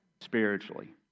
spiritually